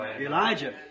Elijah